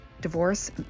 divorce